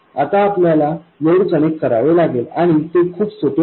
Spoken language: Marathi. आता आपल्याला लोड कनेक्ट करावे लागेल आणि ते खूप सोपे आहे